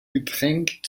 getränk